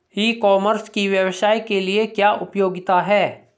ई commerce की व्यवसाय के लिए क्या उपयोगिता है?